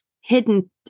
hidden